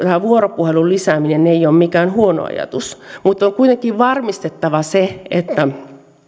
vuoropuhelun lisääminen ei ole mikään huono ajatus mutta on kuitenkin varmistettava se että